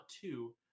two